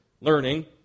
learning